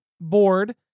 board